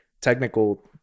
technical